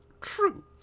True